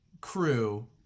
crew